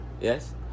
yes